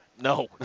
No